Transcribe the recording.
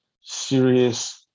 serious